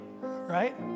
right